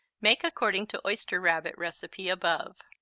make according to oyster rabbit recipe above.